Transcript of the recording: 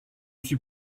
suis